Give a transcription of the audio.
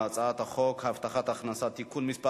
ההצעה להעביר את הצעת חוק הבטחת הכנסה (תיקון מס'